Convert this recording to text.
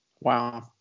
wow